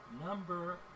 number